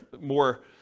more